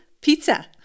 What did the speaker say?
pizza